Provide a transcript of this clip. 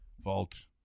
vault